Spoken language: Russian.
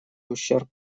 ущерб